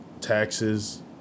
Taxes